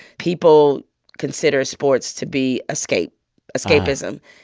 people consider sports to be escape escapism.